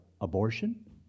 abortion